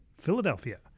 Philadelphia